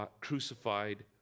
crucified